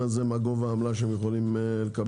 הזה מה גובה העמלה שהם יכולים לקבל?